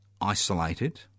isolated